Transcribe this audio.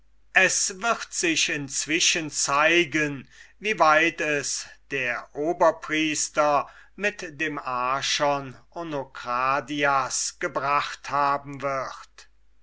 es wird sich inzwischen zeigen wie weit es der oberpriester mit dem archon onokradias gebracht haben wird